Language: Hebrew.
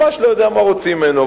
ממש לא יודע מה רוצים ממנו.